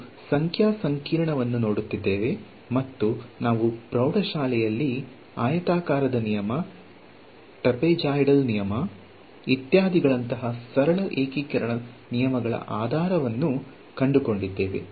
ನಾವು ಸಂಖ್ಯಾ ಏಕೀಕರಣವನ್ನು ನೋಡುತ್ತಿದ್ದೆವು ಮತ್ತು ನಾವು ಪ್ರೌಡ ಶಾಲೆಯಲ್ಲಿ ಆಯತಾಕಾರದ ನಿಯಮ ಟ್ರೆಪೆಜಾಯಿಡಲ್ ನಿಯಮ ಇತ್ಯಾದಿಗಳಂತಹ ಸರಳ ಏಕೀಕರಣ ನಿಯಮಗಳ ಆಧಾರವನ್ನು ಕಂಡುಕೊಂಡಿದ್ದೇವೆ